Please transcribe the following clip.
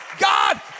God